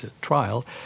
Trial